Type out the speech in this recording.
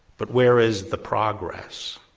but where is the progress?